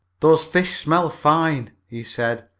those fish smell fine, he said.